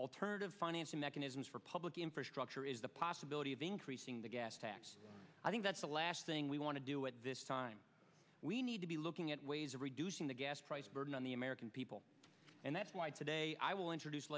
alternative financing mechanisms for public infrastructure is the possibility of increasing the gas tax i think that's the last thing we want to do at this time we need to be looking at ways of reducing the gas price burden on the american people and that's why today i will introduce